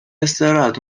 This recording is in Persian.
استراحت